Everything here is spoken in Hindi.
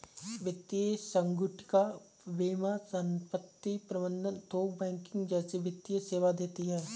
वित्तीय संगुटिका बीमा संपत्ति प्रबंध थोक बैंकिंग जैसे वित्तीय सेवा देती हैं